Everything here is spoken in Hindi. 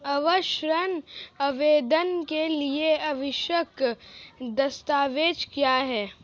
आवास ऋण आवेदन के लिए आवश्यक दस्तावेज़ क्या हैं?